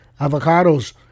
avocados